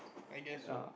I guess so